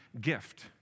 gift